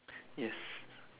yes